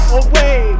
away